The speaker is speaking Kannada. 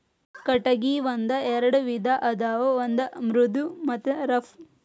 ಕಟಗಿ ಒಂಗ ಎರೆಡ ವಿಧಾ ಅದಾವ ಒಂದ ಮೃದು ಮತ್ತ ರಫ್